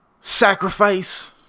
Sacrifice